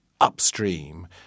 upstream